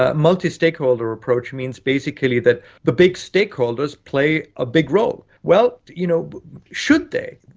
ah multi-stakeholder approach means basically that the big stakeholders play a big role. well, you know should they?